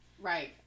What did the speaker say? Right